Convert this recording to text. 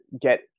get